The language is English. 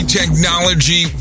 technology